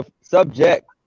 Subject